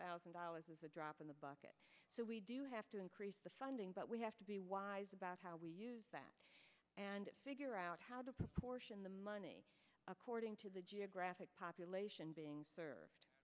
thousand dollars is a drop in the bucket so we do have to increase the funding but we have to be wise about how we use that and figure out how to proportion the money according to the geographic population being served